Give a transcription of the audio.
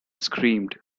screamed